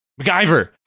MacGyver